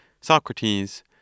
Socrates